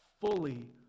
fully